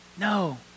No